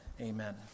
Amen